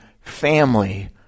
family